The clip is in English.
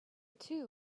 too